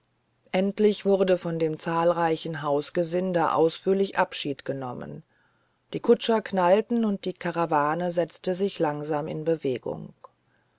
endlich wurde von dem zahlreichen hausgesinde ausführlich abschied genommen die kutscher knallten und die karawane setzte sich langsam in bewegung